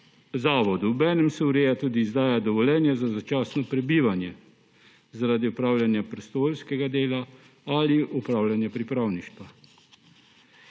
zavodu. Obenem se ureja tudi izdaja dovoljenja za začasno prebivanje zaradi opravljanja prostovoljskega dela ali opravljanja pripravništva.